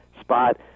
spot